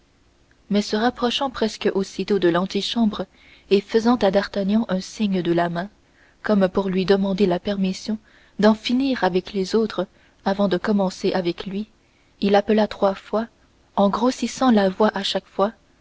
mais se rapprochant presque aussitôt de l'antichambre et faisant à d'artagnan un signe de la main comme pour lui demander la permission d'en finir avec les autres avant de commencer avec lui il appela trois fois en grossissant la voix à chaque fois